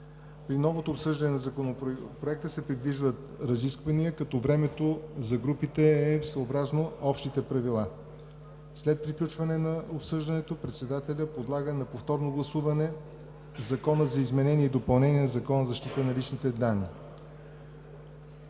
При новото обсъждане на Законопроекта се предвиждат разисквания, като времето за групите е съобразно общите правила. След приключване на обсъждането председателят подлага на повторно гласуване Закона за изменение и допълнение на Закона за защита на личните данни.